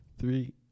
Three